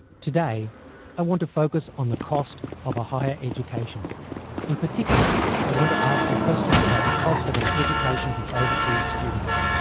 today i want to focus on the cost of a higher education in particular i want to ask some questions about the cost of an education to overseas students.